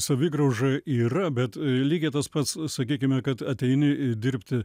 savigrauža yra bet lygiai tas pats sakykime kad ateini dirbti